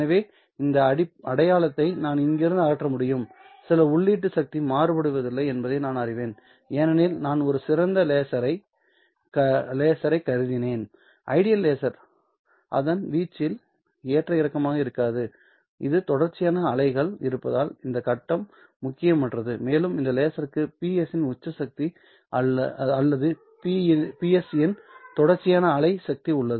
எனவே இந்த அடையாளத்தை நான் இங்கிருந்து அகற்ற முடியும் மேலும் உள்ளீட்டு சக்தி மாறுபடுவதில்லை என்பதையும் நான் அறிவேன்ஏனெனில் நான் ஒரு சிறந்த லேசரைக் கருதினேன் ஐடியல் லேசர் அதன் வீச்சில் ஏற்ற இறக்கமாக இருக்காதுஇது தொடர்ச்சியான அலைகளில் இருப்பதால் இந்த கட்டம் முக்கியமற்றது மேலும் இந்த லேசருக்கு Ps இன் உச்ச சக்தி அல்லது Ps இன் தொடர்ச்சியான அலை சக்தி உள்ளது